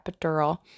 epidural